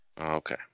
Okay